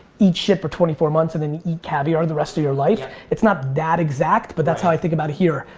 eat shit for twenty four months and then eat caviar for the rest of your life. it's not that exact but that's how i think about it here,